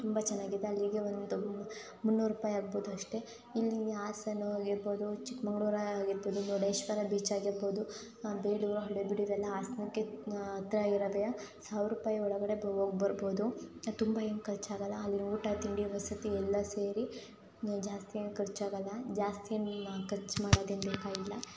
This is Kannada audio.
ತುಂಬ ಚೆನ್ನಾಗಿದೆ ಅಲ್ಲಿಗೆ ಒಂದು ಮುನ್ನೂರು ರೂಪಾಯಿ ಆಗ್ಬೋದು ಅಷ್ಟೆ ಇಲ್ಲಿ ಹಾಸನ ಆಗಿರ್ಬೋದು ಚಿಕ್ಕಮಗ್ಳೂರು ಆಗಿರ್ಬೋದು ಮುರುಡೇಶ್ವರ ಬೀಚ್ ಆಗಿರ್ಬೋದು ಬೇಲೂರು ಹಳೆಬೀಡು ಇವೆಲ್ಲ ಹಾಸನಕ್ಕೆ ಹತ್ರ ಇರೋದೇ ಸಾವ್ರ ರೂಪಾಯಿ ಒಳಗಡೆ ಹೋಗಿ ಬರ್ಬೋದು ತುಂಬ ಏನು ಖರ್ಚಾಗಲ್ಲ ಅಲ್ಲಿನ ಊಟ ತಿಂಡಿ ವಸತಿ ಎಲ್ಲ ಸೇರಿ ಜಾಸ್ತಿ ಏನು ಖರ್ಚಾಗೋಲ್ಲ ಜಾಸ್ತಿ ಏನಿಲ್ಲ ಕರ್ಚ್ ಮಾಡೋದು ಏನೂ ಬೇಕಾಗಿಲ್ಲ